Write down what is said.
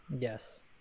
Yes